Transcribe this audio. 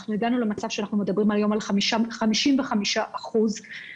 אנחנו הגענו למצב שאנחנו מדברים היום על 55% מהמאומתים,